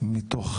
מתוך